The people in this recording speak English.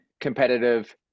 competitive